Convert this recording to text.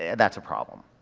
yeah that's a problem,